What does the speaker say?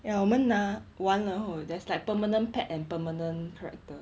ya 我们拿完了后 there's like permanent pet and permanent character